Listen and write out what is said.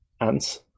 Ants